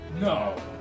No